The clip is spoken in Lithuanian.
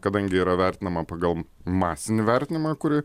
kadangi yra vertinama pagal masinį vertinimą kurį